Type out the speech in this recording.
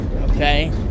okay